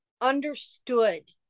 understood